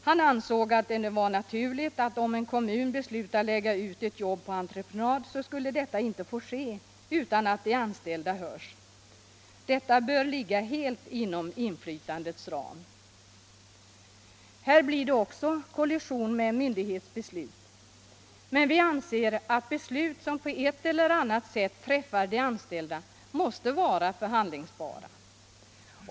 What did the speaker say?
Han ansåg det naturligt att om en kommun beslutar lägga ut ett jobb på entreprenad så skulle detta inte få ske utan att de anställda hörs. Detta bör ligga helt inom inflytandets ram. Här blir det också kollision med frågan om myndighets beslut, men vi anser att beslut som på ett eller annat sätt berör de anställda måste vara förhandlingsbara.